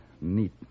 neat